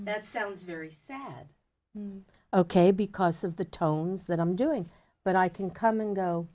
that sounds very sad ok because of the tones that i'm doing but i can come and go